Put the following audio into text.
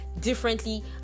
differently